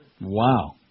Wow